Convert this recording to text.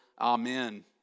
amen